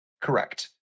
Correct